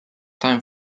time